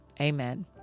Amen